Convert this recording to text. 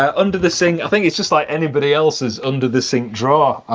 ah under the sink, i think it's just like anybody else's under the sink drawer.